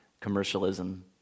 commercialism